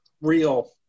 real